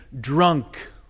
drunk